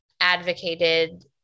advocated